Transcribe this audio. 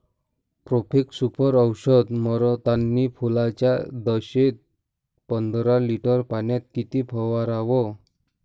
Profex Super औषध मारतानी फुलाच्या दशेत पंदरा लिटर पाण्यात किती फवाराव?